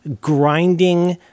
grinding